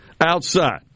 outside